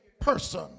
person